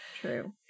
true